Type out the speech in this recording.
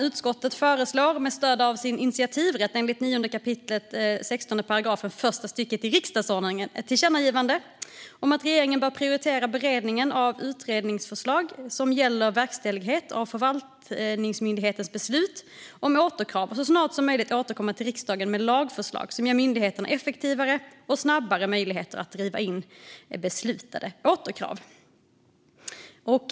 Utskottet föreslår med stöd av sin initiativrätt enligt 9 kap. 16 § första stycket riksdagsordningen ett tillkännagivande om att regeringen bör prioritera beredningen av utredningsförslag som gäller verkställighet av förvaltningsmyndigheters beslut om återkrav och så snart som möjligt återkomma till riksdagen med lagförslag som ger myndigheterna effektivare och snabbare möjligheter att driva in beslutade återkrav.